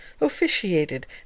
officiated